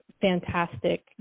fantastic